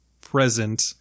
present